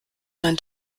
mein